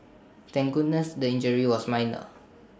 thank goodness the injury was minor